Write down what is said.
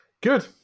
Good